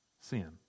Sin